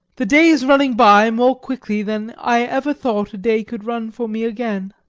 the day is running by more quickly than i ever thought a day could run for me again.